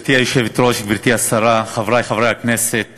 גברתי היושבת-ראש, גברתי השרה, חברי חברי הכנסת,